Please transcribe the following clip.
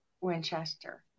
Winchester